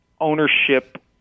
ownership